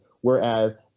Whereas